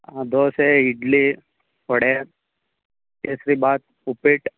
dosa idli vada kesari bath ಉಪ್ಪಿಟ್ಟು